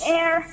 air